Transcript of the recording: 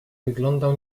wyglądał